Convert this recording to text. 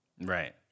Right